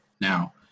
now